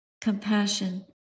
compassion